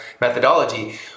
methodology